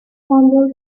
fondled